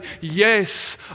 yes